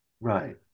Right